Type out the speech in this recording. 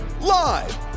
Live